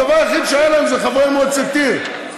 הדבר היחיד שהיה להם זה חברי מועצת עיר,